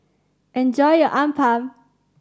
enjoy your appam